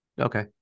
Okay